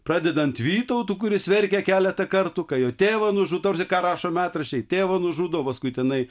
pradedant vytautu kuris verkė keletą kartų kai jo tėvą nužudo ką rašo metraščiai tėvo nužudo paskui tenai